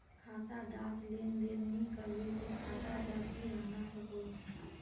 खाता डात लेन देन नि करबो ते खाता दा की रहना सकोहो?